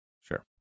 Sure